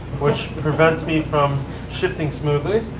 which prevents me from shifting smoothly.